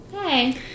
hey